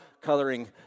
coloring